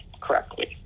correctly